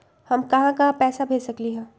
हम कहां कहां पैसा भेज सकली ह?